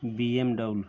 BMW